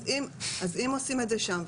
אז אם עושים את זה שם,